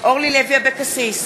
אורלי לוי אבקסיס,